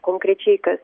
konkrečiai kas